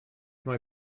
mae